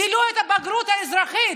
גילו בגרות אזרחית.